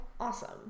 Awesome